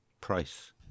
price